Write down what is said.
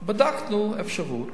בדקנו אפשרות,